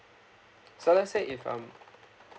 so let's say if um